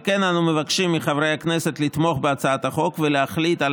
על כן אנו מבקשים מחברי הכנסת לתמוך בהצעת החוק ולהחליט על